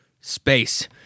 space